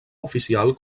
oficial